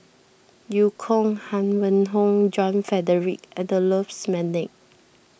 Eu Kong Huang Wenhong John Frederick Adolphus McNair